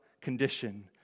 condition